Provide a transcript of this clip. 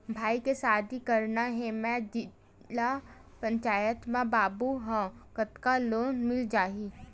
भाई के शादी करना हे मैं जिला पंचायत मा बाबू हाव कतका लोन मिल जाही?